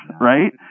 right